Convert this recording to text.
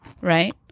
Right